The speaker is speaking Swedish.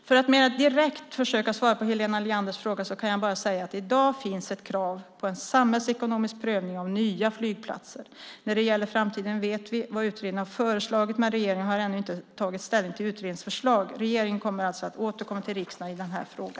För att mera direkt försöka svara på Helena Leanders fråga kan jag bara säga att det i dag finns ett krav på en samhällsekonomisk prövning av nya flygplatser. När det gäller framtiden vet vi vad utredningen har föreslagit, men regeringen har ännu inte tagit ställning till utredningens förslag. Regeringen kommer alltså att återkomma till riksdagen i denna fråga.